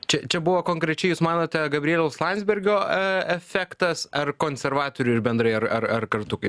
čia čia buvo konkrečiai jūs manote gabrieliaus landsbergio e efektas ar konservatorių ir bendrai ar ar ar kartu kaip